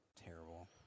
Terrible